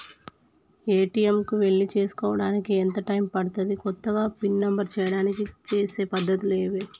ATM కు వెళ్లి చేసుకోవడానికి ఎంత టైం పడుతది? కొత్తగా పిన్ నంబర్ చేయడానికి చేసే పద్ధతులు ఏవి?